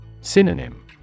Synonym